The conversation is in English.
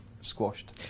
squashed